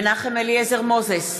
נגד מנחם אליעזר מוזס,